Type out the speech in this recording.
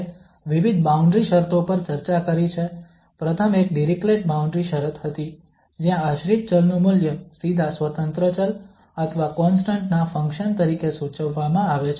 આપણે વિવિધ બાઉન્ડ્રી શરતો પર ચર્ચા કરી છે પ્રથમ એક ડિરીક્લેટ બાઉન્ડ્રી શરત હતી જ્યાં આશ્રિત ચલ નું મૂલ્ય સીધા સ્વતંત્ર ચલ અથવા કોન્સ્ટંટ ના ફંક્શન તરીકે સૂચવવામાં આવે છે